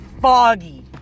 foggy